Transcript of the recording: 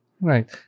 Right